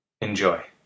Enjoy